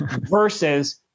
versus